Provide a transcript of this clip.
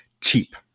cheap